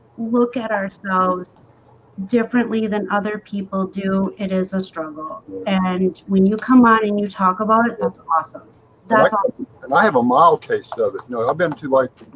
look at our shows differently than other people do it is a struggle and when you come out and you talk about it, that's awesome that's ah i have a mild case doesn't know i've been to like,